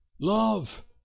love